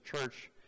church